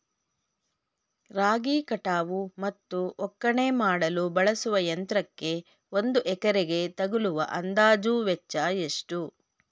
ರಾಗಿ ಕಟಾವು ಮತ್ತು ಒಕ್ಕಣೆ ಮಾಡಲು ಬಳಸುವ ಯಂತ್ರಕ್ಕೆ ಒಂದು ಎಕರೆಗೆ ತಗಲುವ ಅಂದಾಜು ವೆಚ್ಚ ಎಷ್ಟು?